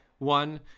One